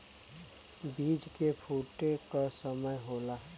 बीज के फूटे क समय होला